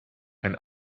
ein